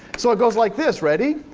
so it goes like this, ready?